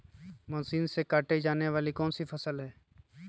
Machine से काटे जाने वाली कौन सी फसल है?